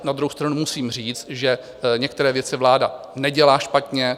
Na druhou stranu musím říct, že některé věci vláda nedělá špatně.